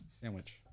sandwich